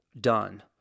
done